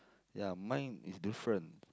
ya mine is different